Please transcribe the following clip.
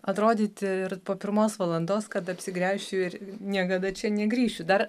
atrodyti ir po pirmos valandos kad apsigręšiu ir niekada čia negrįšiu dar